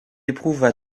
éprouva